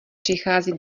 přichází